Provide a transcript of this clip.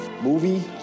Movie